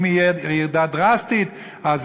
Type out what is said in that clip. אם תהיה ירידה דרסטית זה